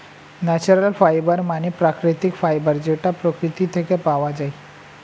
natural fibre মানে প্রাকৃতিক fibre যেটা প্রকৃতি থেকে পাওয়া যায়